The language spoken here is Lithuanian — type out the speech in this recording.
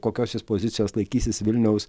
kokios jis pozicijos laikysis vilniaus